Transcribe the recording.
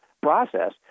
process